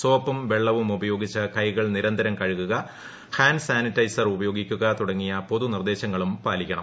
സോപ്പും വെളളവും ഉപയോഗിച്ച് കൈകൾ നിരന്തരം കഴുകുക ഹാന്റ് സാനിറ്റൈസർ ഉപയോഗിക്കുക തുടങ്ങിയ പൊതു നിർദ്ദേശങ്ങളും പാലിക്കണം